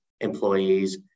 employees